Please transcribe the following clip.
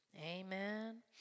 Amen